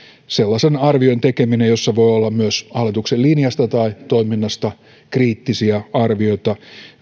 myös sellaisen arvion tekemisen jossa voi olla myös hallituksen linjasta tai toiminnasta kriittisiä arvioita